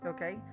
Okay